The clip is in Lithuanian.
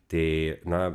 tai na